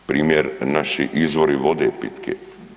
Primjer naši izvori vode pitke.